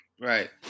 Right